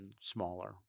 smaller